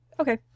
Okay